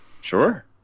Sure